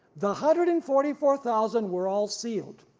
the hundred and forty-four thousand were all sealed,